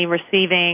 receiving